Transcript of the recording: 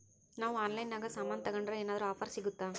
ನಾವು ಆನ್ಲೈನಿನಾಗ ಸಾಮಾನು ತಗಂಡ್ರ ಏನಾದ್ರೂ ಆಫರ್ ಸಿಗುತ್ತಾ?